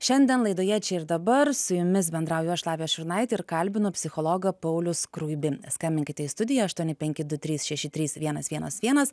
šiandien laidoje čia ir dabar su jumis bendrauju aš lavija šurnaitė ir kalbinu psichologą paulių skruibį skambinkite į studiją aštuoni penki du trys šeši trys vienas vienas vienas